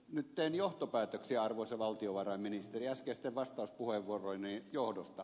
nyt teen johtopäätöksiä arvoisa valtionvarainministeri äskeisten vastauspuheenvuorojen johdosta